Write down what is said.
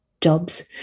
jobs